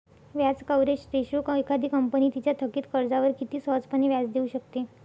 व्याज coverage ratio एखादी company तिच्या थकित कर्जावर किती सहजपणे व्याज देऊ शकते